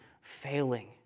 failing